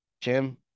jim